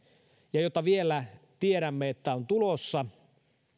ja joita vielä tiedämme että on tulossa